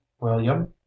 william